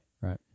Right